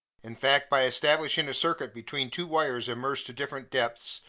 in fact, by establishing a circuit between two wires immersed to different depths,